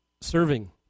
serving